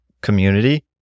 community